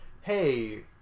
Hey